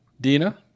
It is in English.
Dina